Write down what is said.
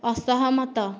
ଅସହମତ